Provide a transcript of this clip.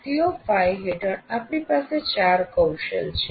CO5 હેઠળ આપણી પાસે 4 કૌશલ છે